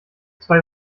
zwei